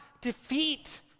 defeat